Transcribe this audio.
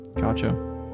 Gotcha